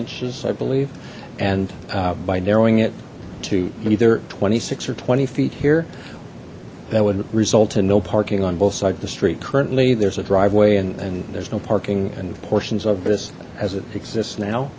inches i believe and by narrowing it to either twenty six or twenty feet here that would result in no parking on both side of the street currently there's a driveway and and there's no parking and portions of this as it exists now